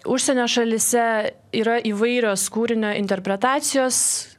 užsienio šalyse yra įvairios kūrinio interpretacijos